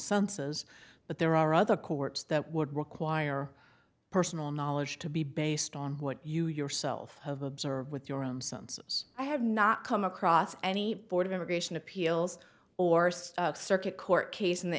says but there are other courts that would require personal knowledge to be based on what you yourself have observed with your own sons i have not come across any board of immigration appeals or circuit court case in the